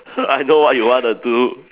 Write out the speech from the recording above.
I know what you want to do